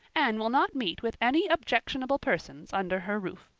anne will not meet with any objectionable persons under her roof.